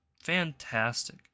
fantastic